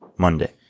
Monday